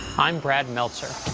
i'm brad meltzer.